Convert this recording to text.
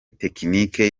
tekinike